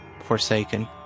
Forsaken